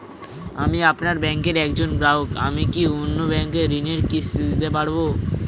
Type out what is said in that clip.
আমি আপনার ব্যাঙ্কের একজন গ্রাহক আমি কি অন্য ব্যাঙ্কে ঋণের কিস্তি দিতে পারবো?